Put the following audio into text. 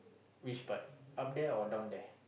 which part up there or down there